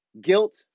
Guilt